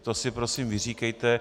To si prosím vyříkejte.